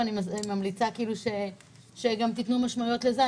אני ממליצה שתתנו גם משמעויות לזה,